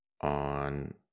on